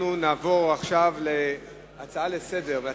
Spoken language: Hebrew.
אנחנו נעבור עכשיו להצעה לסדר-היום,